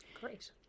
great